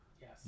yes